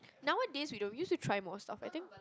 nowadays we don't we used to try more stuff I think